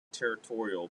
territorial